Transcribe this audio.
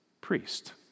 priest